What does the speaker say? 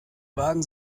wagen